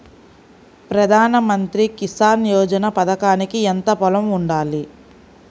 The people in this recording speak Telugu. ప్రధాన మంత్రి కిసాన్ యోజన పథకానికి ఎంత పొలం ఉండాలి?